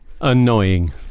Annoying